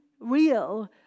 real